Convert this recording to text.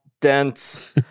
dense